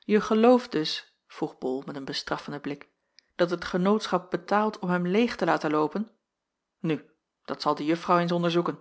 je gelooft dus vroeg bol met een bestraffenden blik dat het genootschap betaalt om hem leêg te laten loopen nu dat zal de juffrouw eens onderzoeken